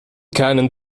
keinen